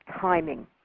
timing